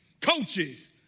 Coaches